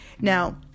Now